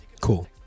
Cool